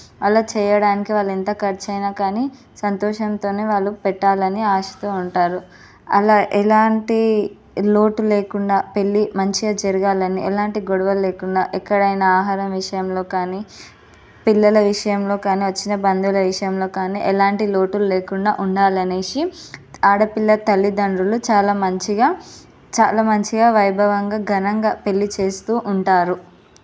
అలా చేయడానికి వాళ్ళు ఎంత ఖర్చు అయినా కానీ సంతోషంతోనే వాళ్ళు పెట్టాలని ఆశతో ఉంటారు అలా ఎలాంటి లోటు లేకుండా పెళ్ళి మంచిగా జరగాలని ఎలాంటి గొడవలు లేకుండా ఎక్కడైనా ఆహారం విషయంలో కానీ పిల్లల విషయంలో కానీ వచ్చిన బంధువుల విషయంలో కానీ ఎలాంటి లోటు లేకుండా ఉండాలనేసి ఆడపిల్ల తల్లిదండ్రులు చాలా మంచిగా చాలా మంచిగా వైభవంగా ఘనంగా పెళ్ళి చేస్తూ ఉంటారు